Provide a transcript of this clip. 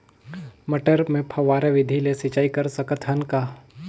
मटर मे फव्वारा विधि ले सिंचाई कर सकत हन का?